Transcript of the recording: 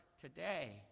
today